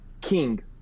King